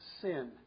sin